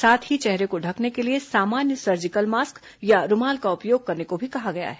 साथ ही चेहरे को ढकने के लिए सामान्य सर्जिकल मास्क या रूमाल का उपयोग करने को भी कहा गया है